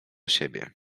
siebie